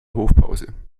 hofpause